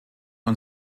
und